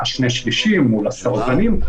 שני-השליש מול הסרבנים.